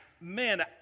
Man